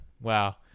Wow